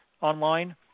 online